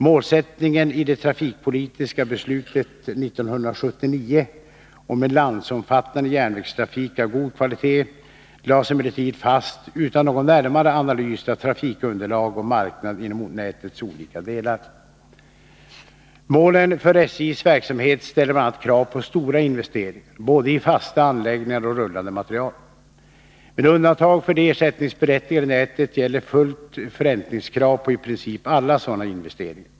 Målsättningen i det trafikpolitiska beslutet 1979 om en landsomfattande järnvägstrafik av god kvalitet lades emellertid fast utan någon närmare analys av trafikunderlag och marknad inom nätets olika delar. Målen för SJ:s verksamhet ställer bl.a. krav på stora investeringar, både i fasta anläggningar och i rullande materiel. Med undantag för det ersättningsberättigade nätet gäller fullt förräntningskrav på i princip alla sådana investeringar.